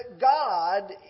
God